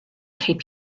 keep